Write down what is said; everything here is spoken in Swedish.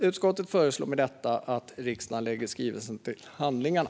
Utskottet föreslår med detta att riksdagen lägger skrivelsen till handlingarna.